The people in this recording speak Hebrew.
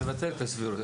לבטל את הסבירות.